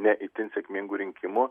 ne itin sėkmingų rinkimų